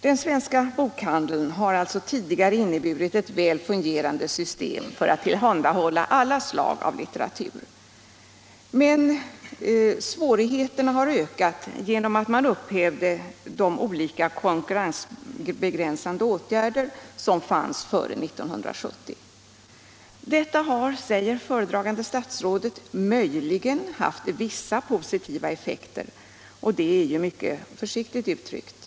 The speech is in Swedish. Den svenska bokhandeln har tidigare inneburit ett väl fungerande system för tillhandahållande av all slags litteratur. Men svårigheten har ökat genom upphävandet av de olika konkurrensbegränsande åtgärder som fanns före 1970. Detta har, säger föredragande statsrådet, möjligen haft vissa positiva effekter, vilket är mycket försiktigt uttryckt.